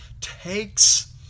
takes